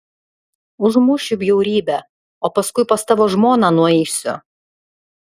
užmušiu bjaurybę o paskui pas tavo žmoną nueisiu